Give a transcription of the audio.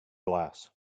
glass